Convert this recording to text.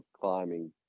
climbing